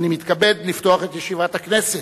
ואני מתכבד לפתוח את ישיבת הכנסת.